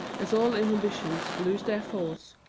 as old inhibitions lose their force,